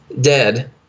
dead